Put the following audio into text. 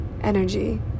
energy